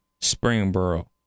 Springboro